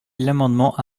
l’amendement